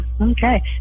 okay